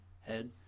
head